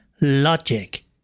logic